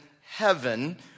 heaven